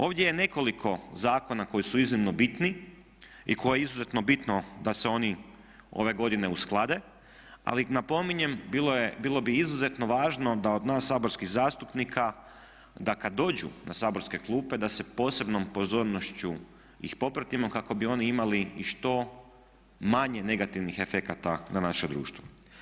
Ovdje je nekoliko zakona koji su iznimni bitni i koje je izuzetno bitno da se oni ove godine usklade, ali napominjem bilo bi izuzetno važno da od nas saborskih zastupnika da kad dođu na saborske klupe da sa posebnom pozornošću ih popratimo kako bi oni imali i što manje negativnih efekata na naše društvo.